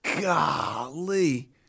Golly